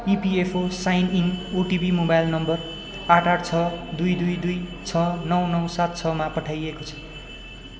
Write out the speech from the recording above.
EPFO sign in OTP mobile number आठ आठ छ दुई दुई दुई छ नौ नौ सात छमा पठाइएको छ